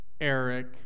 Eric